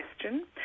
question